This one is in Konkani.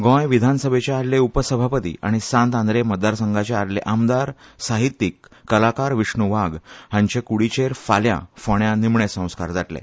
गोंय विधानसभेचे आदले उपसभापती आनी सांत आंद्रे मतदारसंघाचे आदले आमदार साहित्यीक कलाकार विष्णू वाघ हांचे कुडीचेर फाल्यां फोंड्यां निमाणें संस्कार जातले